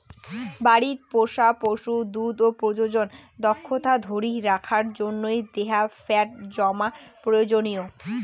বাড়িত পোষা পশুর দুধ ও প্রজনন দক্ষতা ধরি রাখার জইন্যে দেহার ফ্যাট জমা প্রয়োজনীয়